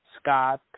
Scott